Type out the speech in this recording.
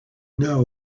know